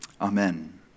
Amen